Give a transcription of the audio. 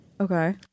Okay